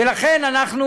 ולכן אני